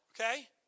okay